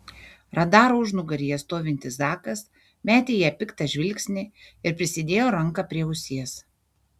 radaro užnugaryje stovintis zakas metė į ją piktą žvilgsnį ir prisidėjo ranką prie ausies